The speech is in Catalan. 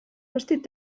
vestit